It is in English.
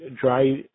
dry